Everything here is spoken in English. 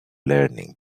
learning